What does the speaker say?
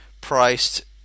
priced